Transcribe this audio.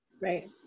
Right